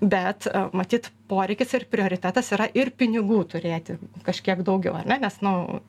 bet matyt poreikis ir prioritetas yra ir pinigų turėti kažkiek daugiau ar ne nes nu